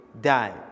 die